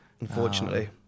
unfortunately